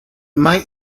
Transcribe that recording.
might